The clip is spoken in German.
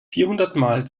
vierhundertmal